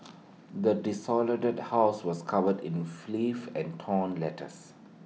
the desolated house was covered in filth and torn letters